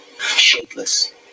shapeless